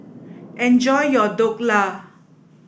enjoy your Dhokla